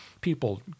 people